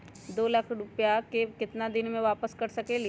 दो लाख रुपया के केतना दिन में वापस कर सकेली?